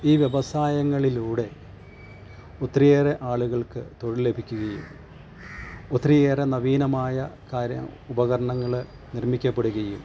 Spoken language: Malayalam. ഈ വ്യവസായങ്ങളിലൂടെ ഒത്തിരി ഏറെ ആളുകൾക്ക് തൊഴിൽ ലഭിക്കുകയും ഒത്തിരി ഏറെ നവീനമായ കാര്യ ഉപകരണങ്ങൾ നിർമ്മിക്കപ്പെടുകയും